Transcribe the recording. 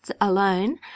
alone